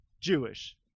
Jewish